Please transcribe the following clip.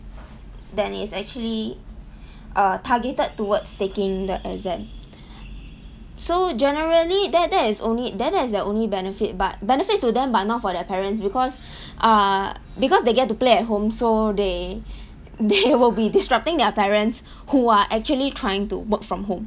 than it's actually err targeted towards taking the exam so generally that that is only then that is their only benefit but benefit to them but not for their parents because uh because they get to play at home so they they will be disrupting that parents who are actually trying to work from home